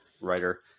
writer